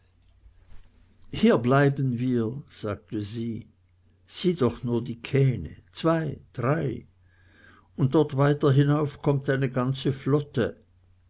hier bleiben wir sagte sie sieh doch nur die kähne zwei drei und dort weiter hinauf kommt eine ganze flotte